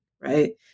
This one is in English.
right